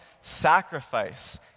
sacrifice